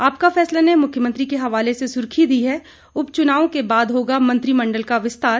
आपका फैसला ने मुख्यमंत्री के हवाले से सुर्खी दी है उपचुनावों के बाद होगा मंत्रिमंडल का विस्तार